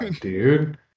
dude